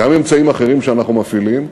גם אמצעים אחרים שאנחנו מפעילים,